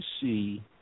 see